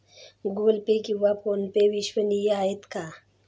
Google Pay किंवा फोनपे विश्वसनीय आहेत का?